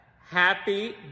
Happy